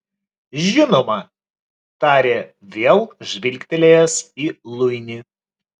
žinoma tarė vėl žvilgtelėjęs į luinį